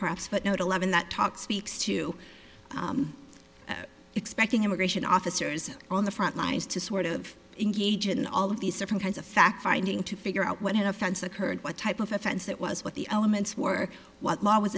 perhaps but no to leaven that talk speaks to expecting immigration officers on the front lines to sort of engage in all of these different kinds of fact finding to figure out what had offense occurred what type of offense that was what the elements were what law was